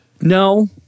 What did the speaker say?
No